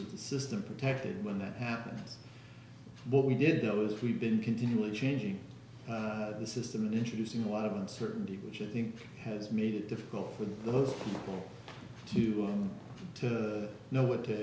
of the system protected when that happens but we did know that we've been continually changing the system and introducing a lot of uncertainty which i think has made it difficult for those people to know what to